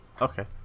okay